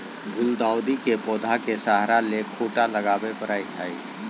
गुलदाऊदी के पौधा के सहारा ले खूंटा लगावे परई हई